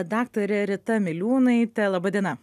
daktare rita miliūnaite laba diena